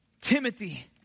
Timothy